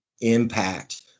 impact